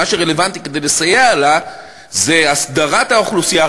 מה שרלוונטי כדי לסייע לה זה הסדרת האוכלוסייה,